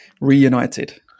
reunited